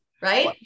right